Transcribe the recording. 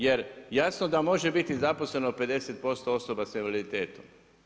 Jer jasno da može biti zaposleno 50% osoba s invaliditetom.